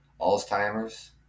Alzheimer's